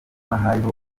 hariho